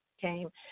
came